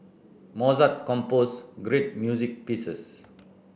Mozart composed great music pieces